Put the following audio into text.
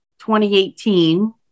2018